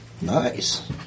Nice